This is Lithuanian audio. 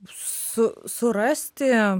su surasti